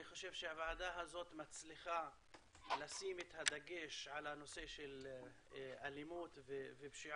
אני חושב שהוועדה הזאת מצליחה לשים את הדגש על הנושא של אלימות ופשיעה,